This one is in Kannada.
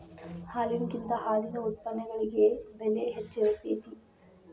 ಹಾಲಿನಕಿಂತ ಹಾಲಿನ ಉತ್ಪನ್ನಗಳಿಗೆ ಬೆಲೆ ಹೆಚ್ಚ ಇರತೆತಿ